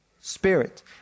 spirit